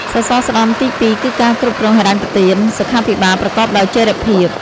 សសរស្តម្ភទី២គឺការគ្រប់គ្រងហិរញ្ញប្បទានសុខាភិបាលប្រកបដោយចីរភាព។